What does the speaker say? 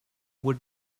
what